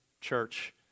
church